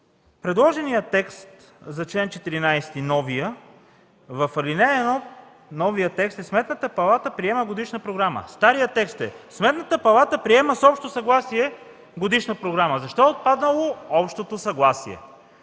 предложения текст за нов чл. 14, в ал. 1 пише: „Сметната палата приема годишна програма”. Старият текст е: „Сметната палата приема с общо съгласие годишна програма”. Защо е отпаднало общото съгласие?